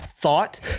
thought